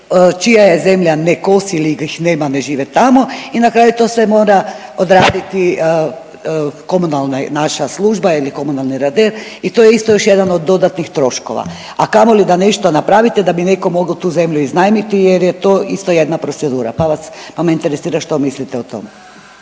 čija je zemlja ne kosi ili ih nema, ne žive tamo i na kraju to sve mora odraditi komunalna naša služba ili komunalni redar i to je isto još jedan od dodatnih troškova, a kamoli da nešto napravite da bi neko mogao tu zemlju iznajmiti jer je to isto jedna procedura, pa vas, pa me interesira što mislite o tome?